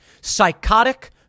Psychotic